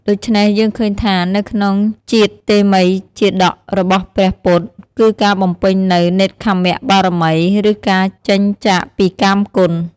ដូច្នេះយើងឃើញថា នៅក្នុងជាតិតេមិយជាតករបស់ព្រះពុទ្ធិ គឺការបំពេញនូវ នេក្ខម្មបារមី ឬការចេញចាកពីកាមគុណ។